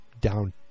down